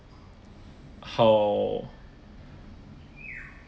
how